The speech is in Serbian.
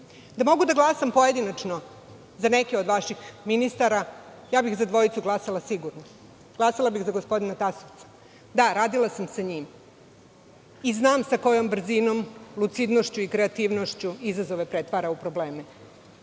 mogu da glasam pojedinačno za neke od vaših ministara, ja bih za dvojicu glasala sigurno. Glasala bih za gospodina Tasovca, da radila sam sa njim i znam sa kojom brzinom, lucidnošću i kreativnošću izazove pretvara u probleme,